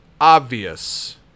obvious